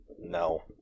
no